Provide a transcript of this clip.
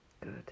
Good